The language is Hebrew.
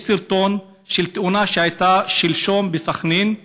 יש סרטון של תאונה שהייתה שלשום בסח'נין,